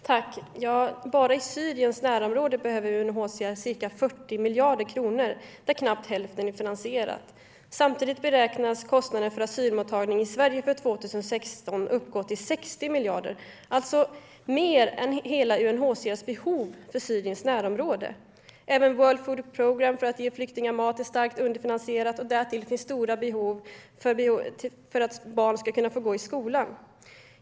Herr talman! Bara i Syriens närområde behöver UNHCR ca 40 miljarder kronor - knappt hälften är finansierat. Samtidigt beräknas kostnaderna för asylmottagning i Sverige för 2016 uppgå till 60 miljarder. Det är alltså mer än hela UNHCR:s behov för Syriens närområde. Även World Food Programme, för att ge flyktingar mat, är starkt underfinansierat. Därtill finns stora behov av att barn ska kunna gå i skolan.